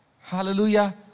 Hallelujah